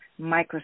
Microsoft